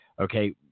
Okay